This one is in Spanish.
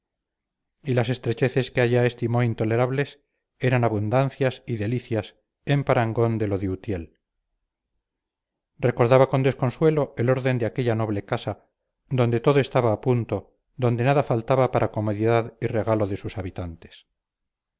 y miseria las estrecheces que allá estimó intolerables eran abundancias y delicias en parangón de lo de utiel recordaba con desconsuelo el orden de aquella noble casa donde todo estaba a punto donde nada faltaba para comodidad y regalo de sus habitantes